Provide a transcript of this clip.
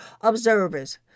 observers